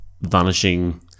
vanishing